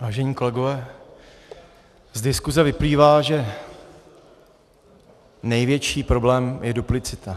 Vážení kolegové, z diskuse vyplývá, že největší problém je duplicita.